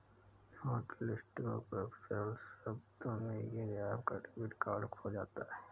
hotlisting उपयोग सरल शब्दों में यदि आपका डेबिट कार्ड खो जाता है